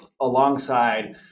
alongside